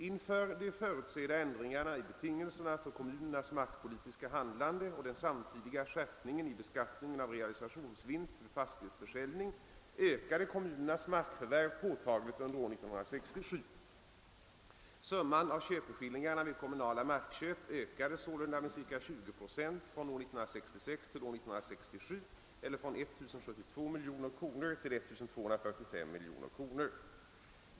Inför de förutsedda ändringarna i betingelserna för kommunernas markpolitiska handlande och den samtidiga skärpningen i beskattningen av realisationsvinst vid fastighetsförsäljning ökade kommunernas markförvärv påtagligt under år 1967. Summan av köpeskil lingarna vid kommunala markköp ökade sålunda med cirka 20 procent från år 1966 till år 1967 eller från 1 072 till 1245 miljoner kronor.